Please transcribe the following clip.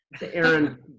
Aaron